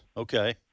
Okay